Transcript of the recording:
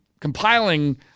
compiling